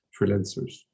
freelancers